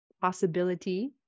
possibility